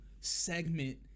segment